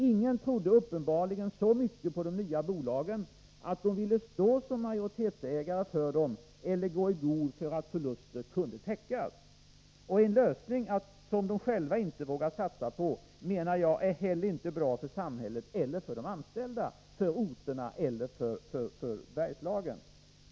Ingen trodde uppenbarligen så mycket på de nya bolagen att de ville stå som majoritetsägare för dem eller gå i god för att förluster kunde täckas. Och en lösning som de själva inte vågar satsa på är inte heller bra för samhället, för de anställda, för orterna eller för Bergslagen.